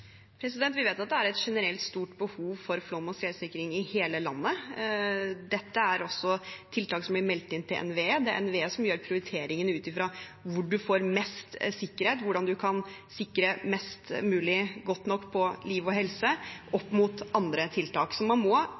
Vi vet det generelt er et stort behov for flom- og skredsikring i hele landet. Dette er tiltak som blir meldt inn til NVE. NVE gjør prioriteringen ut ifra hvor man får mest sikkerhet, hvordan man kan sikre mest mulig godt nok på liv og helse, opp mot andre tiltak. Så man må